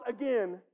again